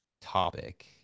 topic